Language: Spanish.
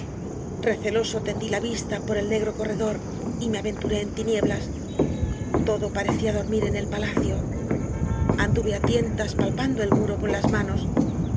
receloso tendí la vista por el negro co rredor y me aventuré en las tinieblas todo parecía dormir en el palacio anduve á tien tas palpando el muro con las manos